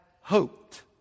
hoped